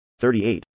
38